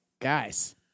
Guys